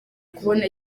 kubona